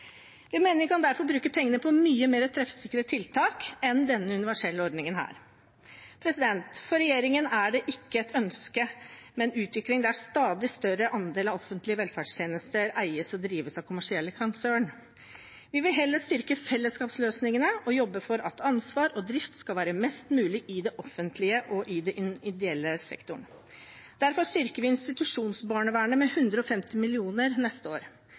Vi mener vi derfor kan bruke pengene på mye mer treffsikre tiltak enn denne universelle ordningen. For regjeringen er det ikke et ønske med en utvikling der en stadig større andel av offentlige velferdstjenester eies og drives av kommersielle konsern. Vi vil heller styrke fellesskapsløsningene og jobbe for at ansvar og drift skal være mest mulig i det offentlige og i den ideelle sektoren. Derfor styrker vi institusjonsbarnevernet med 150 mill. kr neste år,